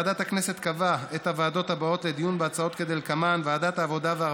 ועדת הכנסת קבעה את הוועדות הבאות לדיון בהצעות כדלקמן: ועדת העבודה,